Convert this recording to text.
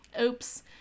Oops